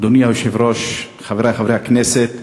אדוני היושב-ראש, חברי חברי הכנסת,